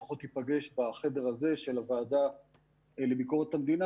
לפחות תיפגש בחדר הזה של הוועדה לביקורת המדינה